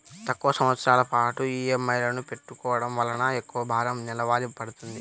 తక్కువ సంవత్సరాల పాటు ఈఎంఐలను పెట్టుకోవడం వలన ఎక్కువ భారం నెలవారీ పడ్తుంది